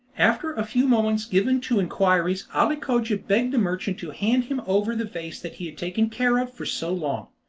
after a few moments given to inquiries ali cogia begged the merchant to hand him over the vase that he had taken care of for so long.